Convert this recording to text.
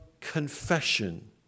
confession